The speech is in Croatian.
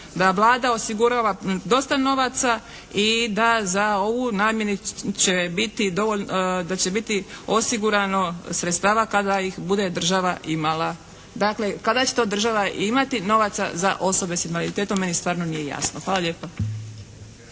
da Vlada osigurava dosta novaca i da za ovu namjenu će biti osigurano sredstava kada ih bude država imala. Dakle, kada će to država imati novaca za osobe s invaliditetom meni stvarno nije jasno. Hvala lijepa.